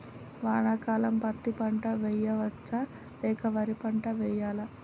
వానాకాలం పత్తి పంట వేయవచ్చ లేక వరి పంట వేయాలా?